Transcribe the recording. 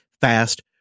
Fast